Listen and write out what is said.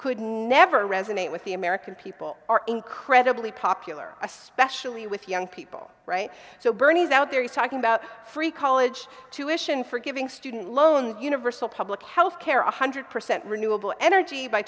could never resonate with the american people are incredibly popular especially with young people right so bernie's out there he's talking about free college tuition forgiving student loan universal public health care a hundred percent renewable energy by